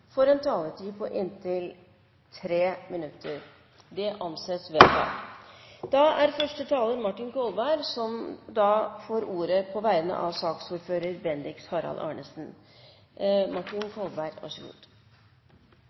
får en taletid på inntil 3 minutter. – Det anses vedtatt. Første taler er Martin Kolberg, som får ordet på vegne av saksordføreren, Bendiks H. Arnesen.